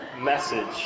message